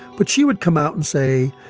but she would come out and say,